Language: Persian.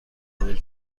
قبول